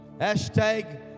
Hashtag